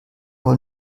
wohl